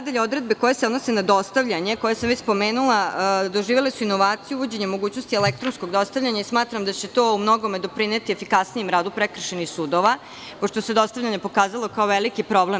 Odredbe koje se odnose na dostavljanje koje sam već spomenula su doživele inovaciju uvođenjem mogućnosti elektronskog dostavljanja i smatram da će to u mnogome doprineti efikasnijem radu prekršajnih sudova, pošto se dostavljanje do sada pokazalo kao veliki problem.